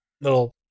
little